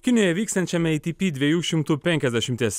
kinijoje vyksiančiame atp dviejų šimtų penkiasdešimties